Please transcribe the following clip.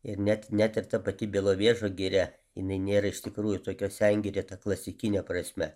ir net net ir ta pati belovežo giria jinai nėra iš tikrųjų tokio sengirė ta klasikine prasme